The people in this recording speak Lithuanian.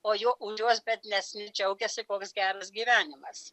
o jo už juos biednesni džiaugiasi koks geras gyvenimas